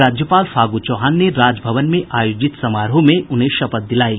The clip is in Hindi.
राज्यपाल फागू चौहान ने राजभवन में आयोजित समारोह में उन्हें शपथ दिलायी